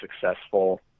successful